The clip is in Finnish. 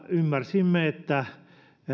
ymmärsimme että